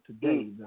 today